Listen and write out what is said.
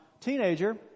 teenager